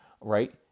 right